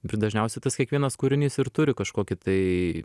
bet dažniausiai tas kiekvienas kūrinys ir turi kažkokį tai